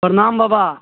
प्रणाम बबा